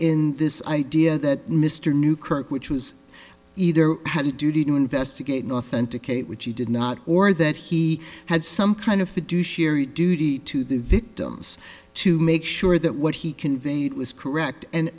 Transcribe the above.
in this idea that mr knew kirk which was either had a duty to investigate authenticate which he did not or that he had some kind of fiduciary duty to the victims to make sure that what he conveyed was correct and